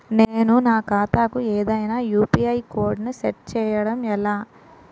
నేను నా ఖాతా కు ఏదైనా యు.పి.ఐ కోడ్ ను సెట్ చేయడం ఎలా?